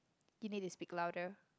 you need to speak louder